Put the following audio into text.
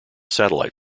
satellite